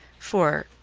for,